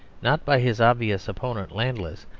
not by his obvious opponent, landless,